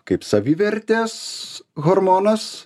kaip savivertės hormonas